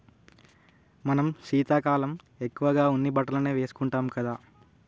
మనం శీతాకాలం ఎక్కువగా ఉన్ని బట్టలనే వేసుకుంటాం కదా